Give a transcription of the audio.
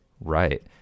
Right